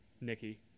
Nikki